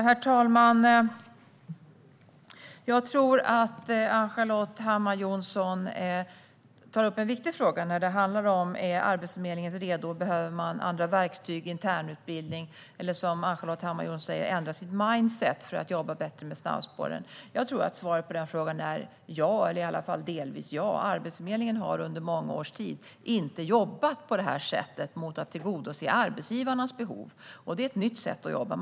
Herr talman! Jag tror att Ann-Charlotte Hammar Johnsson tar upp en viktig fråga gällande om Arbetsförmedlingen är redo och om man behöver andra verktyg, internutbildning eller ändra sitt mindset, som Ann-Charlotte Hammar Johnsson säger, för att jobba bättre med snabbspåren. Jag tror att svaret på den frågan är ja eller i alla fall delvis ja. Arbetsförmedlingen har under många års tid inte jobbat på det här sättet med att tillgodose arbetsgivarnas behov. Det är ett nytt sätt att jobba.